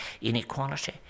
inequality